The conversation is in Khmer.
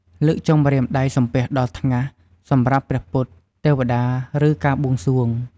លើកចុងម្រាមដៃសំពះដល់ថ្ងាស សម្រាប់ព្រះពុទ្ធ ទេវតា ឬ ការបួងសួង។